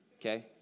okay